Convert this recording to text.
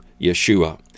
Yeshua